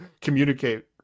communicate